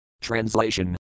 Translation